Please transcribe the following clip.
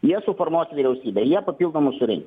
jie suformuos vyriausybę jie papildomai surinks